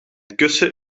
kussen